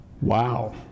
Wow